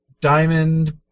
Diamond